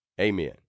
Amen